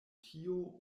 tio